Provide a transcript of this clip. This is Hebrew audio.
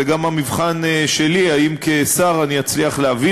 זה גם המבחן שלי האם כשר אני אצליח להביא